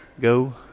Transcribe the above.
go